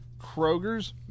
Kroger's